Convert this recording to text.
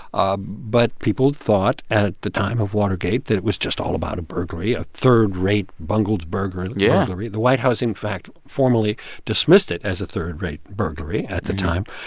ah but people thought at the time of watergate that it was just all about a burglary a third-rate, bungled burglary yeah the white house, in fact, formally dismissed it as a third-rate burglary at the time.